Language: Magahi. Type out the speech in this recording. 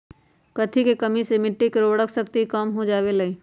कथी के कमी से मिट्टी के उर्वरक शक्ति कम हो जावेलाई?